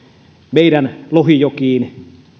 meidän lohijokiin